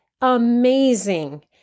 amazing